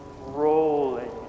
rolling